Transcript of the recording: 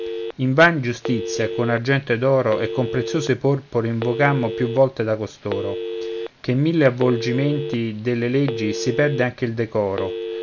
roma invan giustizia con argento ed oro e con preziose porpore invocammo più volte da costoro che in mille avvolgimenti delle leggi si perde anche il decoro